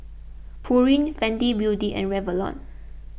Pureen Fenty Beauty and Revlon